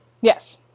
Yes